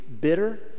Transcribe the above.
bitter